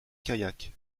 kayak